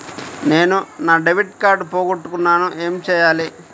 నేను నా debit card పోగొట్టుకున్నాను ఏమి చేయాలి?